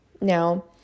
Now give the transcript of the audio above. Now